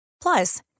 Plus